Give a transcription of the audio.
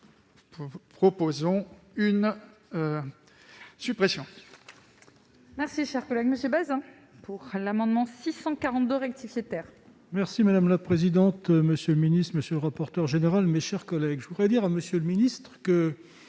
proposons la suppression